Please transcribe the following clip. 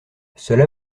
cela